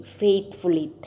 faithfully